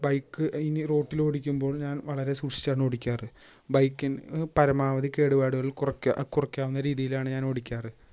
bike ഇനി റോട്ടിലോടിക്കുമ്പോൾ ഞാൻ വളരെ സൂക്ഷിച്ചാണ് ഓടിക്കാറ് ബൈക്കിൻ പരമാവതി കേടുപാടുകൾ കുറക്കുക കുറക്കാവുന്ന രീതിയിലാണു ഞാൻ ഓടിക്കാറ്